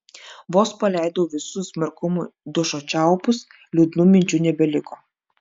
vos paleidau visu smarkumu dušo čiaupus liūdnų minčių nebeliko